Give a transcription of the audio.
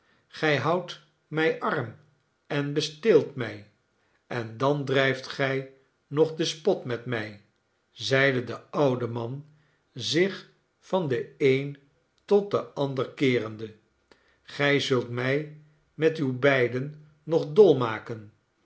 gij houdt mij arm en besteelt mij en dan drijft gij nog den spot met mij zeide de oude man zich van den een tot den ander keerende gij zult mij met uw beiden nog